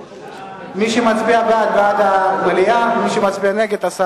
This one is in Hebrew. מי שמצביע בעד, בעד המליאה, ומי שמצביע נגד, הסרה.